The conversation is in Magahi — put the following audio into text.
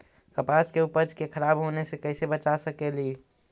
कपास के उपज के खराब होने से कैसे बचा सकेली?